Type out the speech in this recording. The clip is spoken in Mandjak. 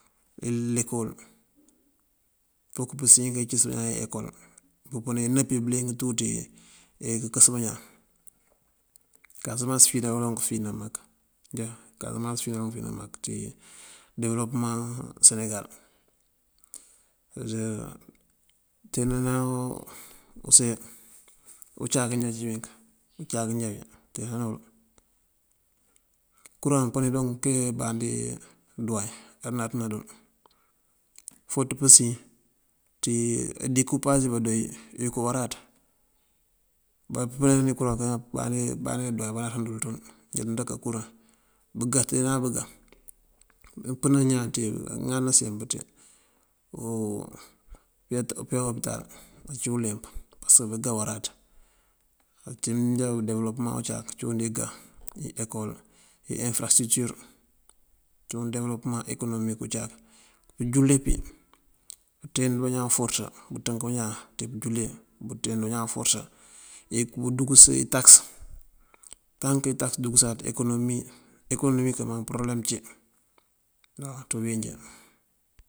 Lekol fok pësiyën kayes ná ekol bëpënan inëp yi bëliyëng tí këkës bañaan, kasamas afina kaloŋ fina mak, kasamas afina kaloŋ fina mak ţí debëlopëmaŋ senegal. teenana use uncak wí já cíwunk uncáak kinjá wí teena ná wël kuraŋ donk pëni tee umbandi duwáañ andanaţan dël. Fot pësiyën ţí dekupas bandori dooko waráţ abá pënani kuraŋ abubandi duwañ ambá nanţan ţël jinda kaka kuraŋ. Bëgá, teenana bëgá kampënan ñaan ţí ŋáaţ nasempe pëyá opital ací uleemp pasëk bëgá waráţ. Uncí mënjá debëlopëma uncáak cíwun igá ni ekol iyeŋ fërasëtërukëtur cíwun debëlopëmaŋ ekonomik uncáak. Pëjule pí pënţeend bañaan uforësa pënţënk bañaan ţí pëjule bënţeend bañaan uforësa. Bë dukës itakës tank itakës dukësáaţ ekonomi ekonomi kamaŋ përobëlam ací waw ţí uwínjí.